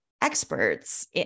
experts